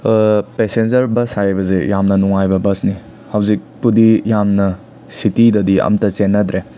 passenger bus ꯍꯥꯏꯕꯁꯦ ꯌꯥꯝꯅ ꯅꯨꯡꯉꯥꯏꯕ ꯕꯁꯅꯤ ꯍꯧꯖꯤꯛꯄꯨꯗꯤ ꯌꯥꯝꯅ ꯁꯤꯇꯤꯗꯗꯤ ꯑꯝꯇ ꯆꯦꯟꯅꯗ꯭ꯔꯦ